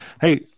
Hey